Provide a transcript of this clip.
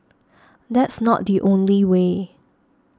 that's not the only way